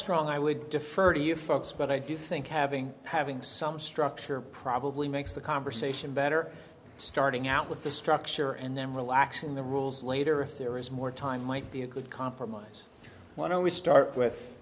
you folks but i do think having having some structure probably makes the conversation better starting out with the structure and then relaxing the rules later if there is more time might be a good compromise why don't we start with